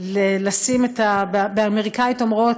באמריקנית אומרות,